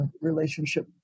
relationship